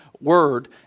word